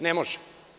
Ne može.